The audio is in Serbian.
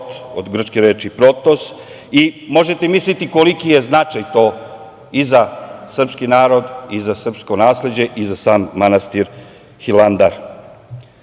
od grčke reči protos. Možete misliti koliki je značaj to i za srpski narod i za srpsko nasleđe i za sam manastir Hilandar. Da